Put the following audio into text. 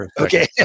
Okay